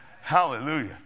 Hallelujah